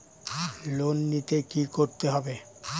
Loan নিতে কী করতে হবে?